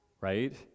right